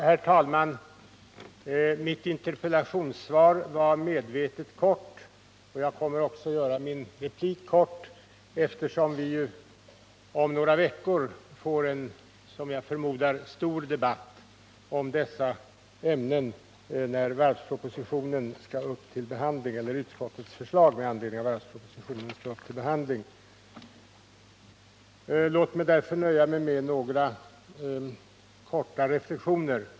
Herr talman! Mitt interpellationssvar var medvetet kort och jag kommer också att göra min replik kort, eftersom vi om några veckor får en, som jag förmodar, stor debatt om dessa ämnen när utskottets förslag med anledning av varvpropositionen skall upp till behandling. Låt mig därför nöja mig med några korta reflexioner.